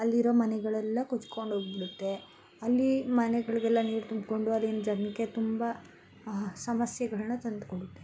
ಅಲ್ಲಿರೋ ಮನೆಗಳೆಲ್ಲ ಕೊಚ್ಕೊಂಡು ಹೋಗಿಬಿಡುತ್ತೆ ಅಲ್ಲಿ ಮನೆಗಳಿಗೆಲ್ಲ ನೀರು ತುಂಬ್ಕೊಂಡು ಅಲ್ಲಿನ ಜನಕ್ಕೆ ತುಂಬ ಸಮಸ್ಯೆಗಳನ್ನ ತಂದ್ಕೊಡುತ್ತೆ